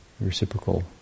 reciprocal